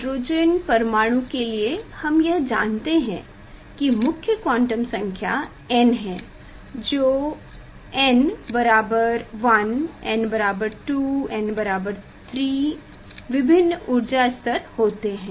hydrogen परमाणु के लिए हम यह जानते हैं कि मुख्य क्वांटम संख्या n है जो n बराबर 1 n बराबर 2 n के बराबर 3 विभिन्न ऊर्जा स्तर होते हैं